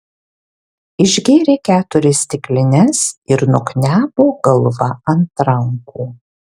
išgėrė keturias stiklines ir nuknebo galva ant rankų